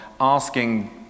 asking